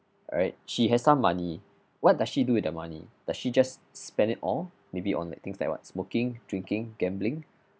right she has some money what does she do the money does she just spend it all maybe on like things like what smoking drinking gambling